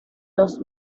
los